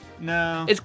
No